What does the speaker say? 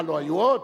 מה, לא היו עוד?